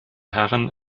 herren